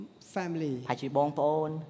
family